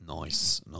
Nice